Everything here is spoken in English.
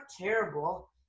terrible